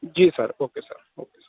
ਜੀ sir okay sir okay sir